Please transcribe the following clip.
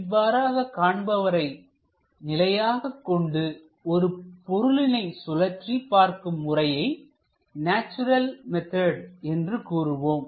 இவ்வாறாக காண்பவரை நிலையாகக் கொண்டு ஒரு பொருளினை சுழற்றி பார்க்கும் முறையை நேச்சுரல் மெத்தட் என்று கூறுவோம்